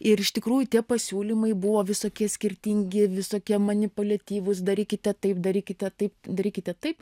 ir iš tikrųjų tie pasiūlymai buvo visokie skirtingi visokie manipuliatyvūs darykite taip darykite taip darykite taip